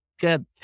good